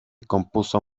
compuso